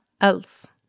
else